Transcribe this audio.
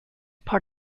part